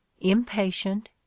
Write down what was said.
impatient